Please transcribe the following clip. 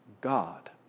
God